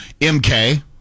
MK